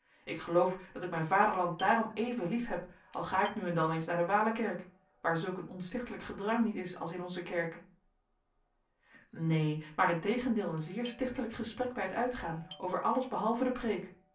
ik geloof dat ik mijn vaderland daarom even liefheb al ga ik nu en dan eens naar de walekerk waar zulk een onstichtelijk gedrang niet is als in onze kerken neen maar integendeel een zeer stichtelijk gesprek bij het uitgaan over alles behalve de preek